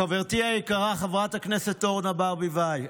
חברתי היקרה חברת הכנסת אורנה ברביבאי,